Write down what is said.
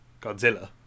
Godzilla